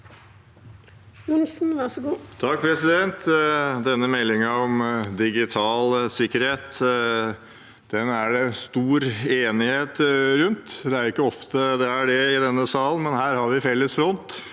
Denne mel- dingen om digital sikkerhet er det stor enighet om. Det er ikke ofte det er det i denne sal, men her danner vi felles front